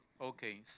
Okay